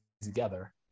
together